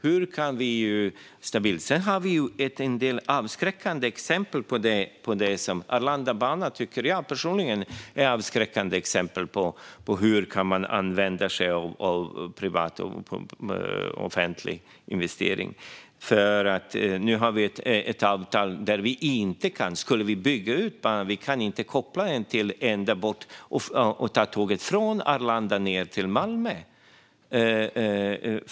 Sedan har vi en del avskräckande exempel. Arlandabanan tycker jag personligen är ett avskräckande exempel. Nu har vi ett avtal. Vi kan inte bygga ut banan så att vi kan ta tåget från Arlanda och ned till Malmö.